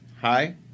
Hi